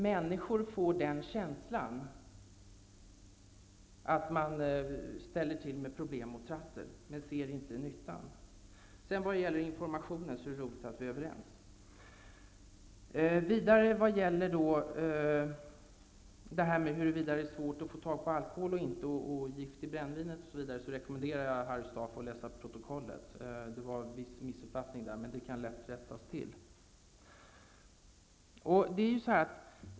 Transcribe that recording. Människor får den känslan att man ställer till med problem och trassel, men ser inte nyttan. Vad gäller informationen är det roligt att vi är överens. När det vidare gäller huruvida det är svårt att få tag på alkohol eller inte, gift i brännvinet osv., rekommenderar jag Harry Staaf att läsa protokollet. Det skedde en viss missuppfattning, men det kan lätt rättas till.